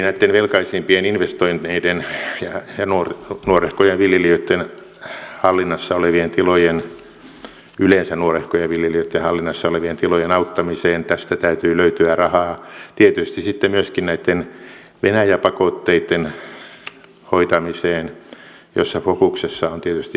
eli näitten velkaisimpien investoineiden ja nuorehkojen viljelijöitten hallinnassa olevien tilojen yleensä nuorehkojen viljelijöitten hallinnassa olevien tilojen auttamiseen tästä täytyy löytyä rahaa tietysti sitten myöskin näitten venäjä pakotteitten hoitamiseen jossa fokuksessa on tietysti maidontuotanto